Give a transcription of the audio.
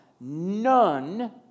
none